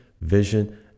vision